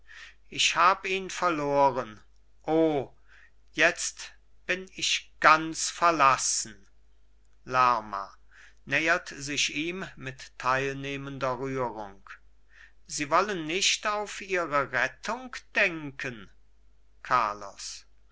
ich hab ihn verloren o jetzt bin ich ganz verlassen lerma nähert sich ihm mit teilnehmender rührung sie wollen nicht auf ihre rettung denken carlos